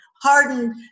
hardened